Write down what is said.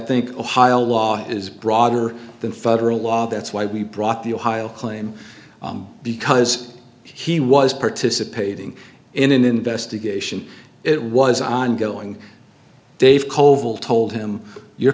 think ohio law is broader than federal law that's why we brought the ohio claim because he was participating in an investigation it was ongoing dave kovel told him you're